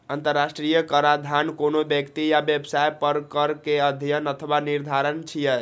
अंतरराष्ट्रीय कराधान कोनो व्यक्ति या व्यवसाय पर कर केर अध्ययन अथवा निर्धारण छियै